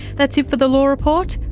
that's it for the law report.